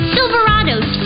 Silverados